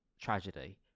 tragedy